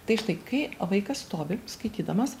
tai štai kai vaikas stovi skaitydamas